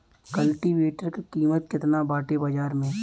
कल्टी वेटर क कीमत केतना बाटे बाजार में?